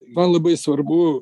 man labai svarbu